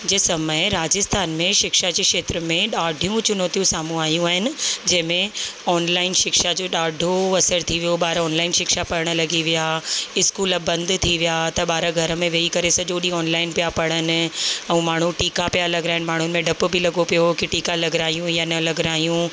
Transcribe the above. जे समय राजस्थान में शिक्षा जे खेत्र में ॾाढियूं चुनौतियूं साम्हूं आहियूं आहिनि जंहिंमें ऑनलाइन शिक्षा जो ॾाढो असर थी वियो ॿार ऑनलाइन शिक्षा पढ़णु लॻी विया स्कूल बंदि थी विया त ॿार घर में वेही करे सॼो ॾींहुं ऑनलाइन पिया पढ़नि ऐं माण्हू टीका पिया लॻराइन माण्हुनि में डप बि लॻो पियो हुओ की टीका लॻरायूं या न लॻरायूं